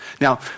Now